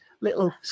little